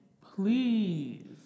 Please